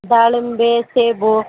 ದಾಳಿಂಬೆ ಸೇಬು